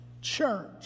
church